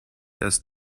erst